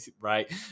right